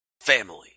Family